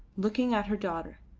looking at her daughter.